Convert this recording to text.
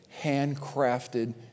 handcrafted